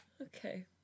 Okay